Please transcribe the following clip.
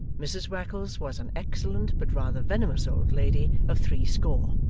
mrs wackles was an excellent but rather venomous old lady of three-score.